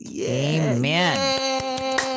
Amen